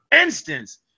instance